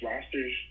rosters